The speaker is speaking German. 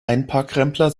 einparkrempler